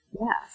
Yes